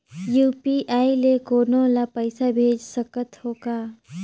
UPI ले कोनो ला पइसा भेज सकत हों का?